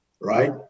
right